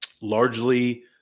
largely